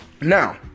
now